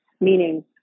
meaning